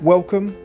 Welcome